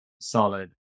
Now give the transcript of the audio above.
solid